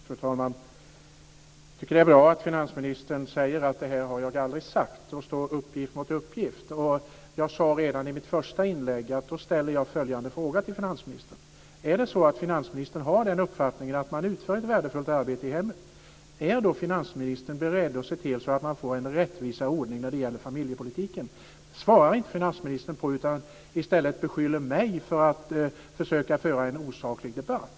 Fru talman! Jag tycker att det är bra att finansministern säger: Det här har jag aldrig sagt. Således står uppgift mot uppgift. Jag sade redan i mitt första inlägg att då ställer jag följande fråga till finansministern: Är det så att finansministern har uppfattningen att man utför ett värdefullt arbete i hemmet och är då finansministern beredd att se till att man får en rättvisare ordning när det gäller familjepolitiken? Finansministern svarar inte på det. I stället beskyller han mig för att försöka föra en osaklig debatt.